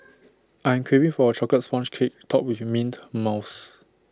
I'm craving for A Chocolate Sponge Cake Topped with Mint Mousse